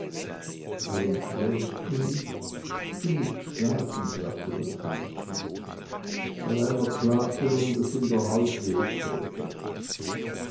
warum schläfst du nicht du mußt schlafen sagte das mädchen allein er klagte nun daß ihm der hals weh täte